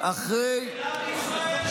לעם ישראל.